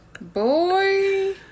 Boy